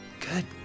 good